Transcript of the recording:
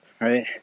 right